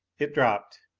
it dropped,